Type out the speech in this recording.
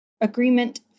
agreement